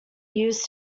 used